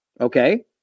Okay